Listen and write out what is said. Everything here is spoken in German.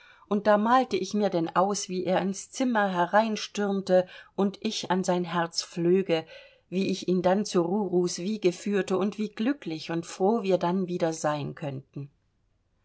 und da malte ich mir denn aus wie er ins zimmer hereinstürmte und ich an sein herz flöge wie ich ihn dann zu rurus wiege führte und wie glücklich und froh wir dann wieder sein könnten